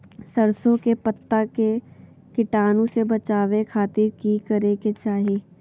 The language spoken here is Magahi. सरसों के पत्ता के कीटाणु से बचावे खातिर की करे के चाही?